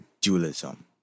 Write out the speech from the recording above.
dualism